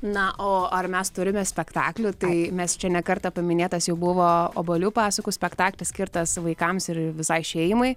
na o ar mes turime spektaklių tai mes čia ne kartą paminėtas jau buvo obuolių pasakų spektaklis skirtas vaikams ir visai šeimai